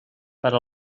per